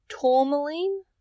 Tourmaline